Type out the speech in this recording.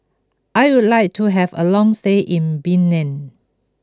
I would like to have a long stay in Benin